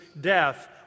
death